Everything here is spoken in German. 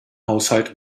haushalt